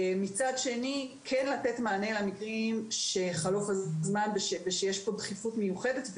מצד שני כן לתת מענה למקרים בהם יש דחיפות מיוחדת.